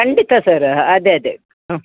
ಖಂಡಿತ ಸರ್ ಅ ಅದೆ ಅದೆ ಹ್ಞೂ